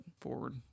forward